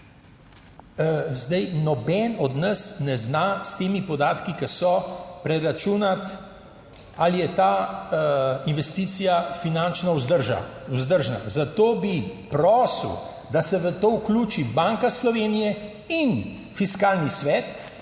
zdaj noben od nas ne zna s temi podatki, ki so, preračunati ali je ta investicija finančno vzdržna, zato bi prosil, da se v to vključi Banka Slovenije in Fiskalni svet,